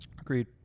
Agreed